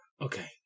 Okay